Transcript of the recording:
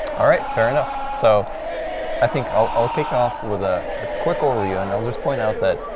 ah right, fair enough. so i think i'll i'll kick off with a quick overview, and i'll just point out that,